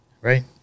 right